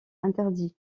interdits